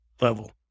level